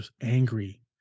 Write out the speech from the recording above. angry